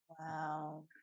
Wow